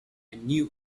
new